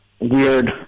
weird